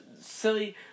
silly